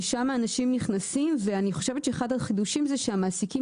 ושם אנשים נכנסים ואני חושבת שאחד החידושים הוא שהמעסיקים